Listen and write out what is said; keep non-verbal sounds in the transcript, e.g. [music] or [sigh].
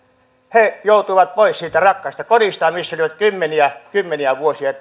he joutuivat pois siitä rakkaasta kodistaan missä he olivat kymmeniä kymmeniä vuosia [unintelligible]